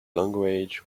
language